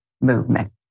movement